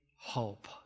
hope